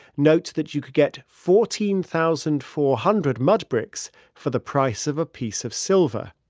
notes that you could get fourteen thousand four hundred mud bricks for the price of a piece of silver,